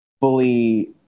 fully